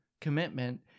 commitment